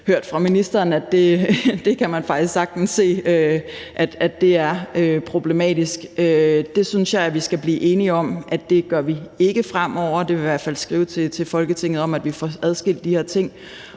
hørt fra ministeren, at det kan man faktisk sagtens se er problematisk. Det synes jeg vi skal blive enige om vi ikke gør fremover. Det vil jeg i hvert fald skrive til Folketinget om, altså at vi får adskilt de her ting.